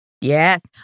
yes